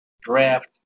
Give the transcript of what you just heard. draft